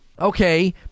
Okay